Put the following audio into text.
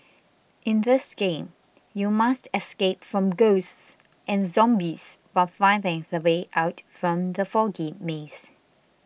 in this game you must escape from ghosts and zombies while finding the way out from the foggy maze